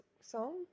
song